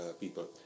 people